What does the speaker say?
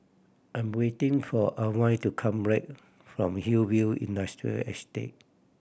I'm waiting for Alwine to come black from Hillview Industrial Estate